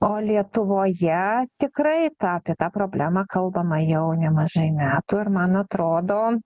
o lietuvoje tikrai tą apie tą problemą kalbama jau nemažai metų ir man atrodo